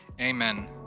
amen